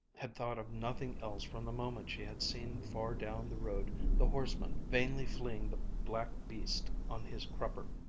had thought of nothing else from the moment she had seen far down the road the horseman vainly fleeing the black beast on his crupper.